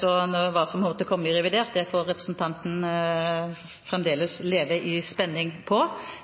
Så når det gjelder hva som måtte komme i revidert, må representanten fremdeles leve i spenning.